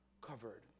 covered